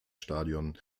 stadion